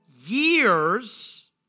years